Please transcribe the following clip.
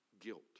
guilt